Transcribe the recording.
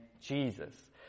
Jesus